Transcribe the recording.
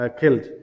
killed